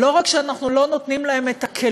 לא רק שאנחנו לא נותנים להם כלים